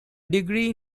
degree